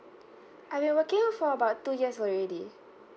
I've been working for about two years already